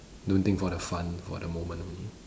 don't think for the fun for the moment only